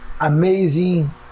amazing